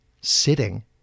sitting